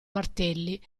martelli